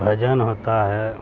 بھجن ہوتا ہے